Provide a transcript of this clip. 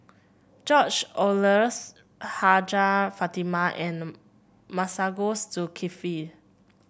George Oehlers Hajjah Fatimah and Masagos Zulkifli